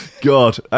God